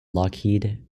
lockheed